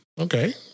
Okay